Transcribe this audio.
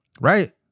Right